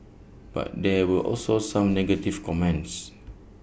but there were also some negative comments